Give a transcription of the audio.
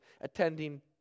attending